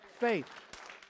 Faith